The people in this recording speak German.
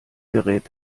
gerät